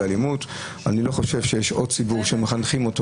לא חושב שיש עוד ציבור שמחנכים אותו